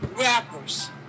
rappers